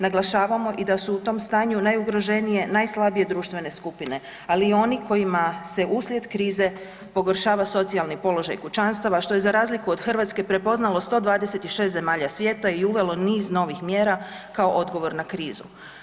Naglašavamo i da su u tom stanju najugroženije, najslabije društvene skupine, ali i oni kojima se uslijed krize pogoršava socijalni položaj kućanstava, što je za razliku od Hrvatske prepoznalo 126 zemalja svijeta i uvelo niz novih mjera kao odgovor na krizu.